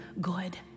good